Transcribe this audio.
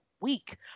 week